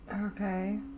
okay